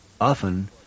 Often